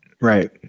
Right